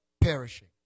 perishing